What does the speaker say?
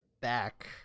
back